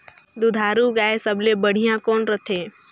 दुधारू गाय सबले बढ़िया कौन रथे?